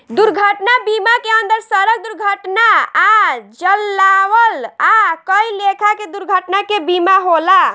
दुर्घटना बीमा के अंदर सड़क दुर्घटना आ जलावल आ कई लेखा के दुर्घटना के बीमा होला